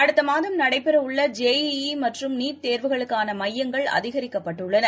அடுத்தமாதம் நடைபெறவுள்ள ஜே ஈஈமற்றும் நீட் தேர்வுகளுக்கானமையங்கள் அதிகரிக்கப்பட்டுள்ளன